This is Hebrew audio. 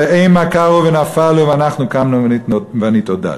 ו"המה כרעו ונפלו, ואנחנו קמנו ונתעודד".